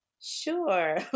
sure